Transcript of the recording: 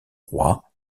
rois